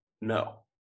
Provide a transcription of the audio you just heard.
No